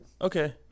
okay